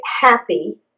happy